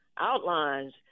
outlines